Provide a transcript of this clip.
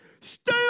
Stay